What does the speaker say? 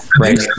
Right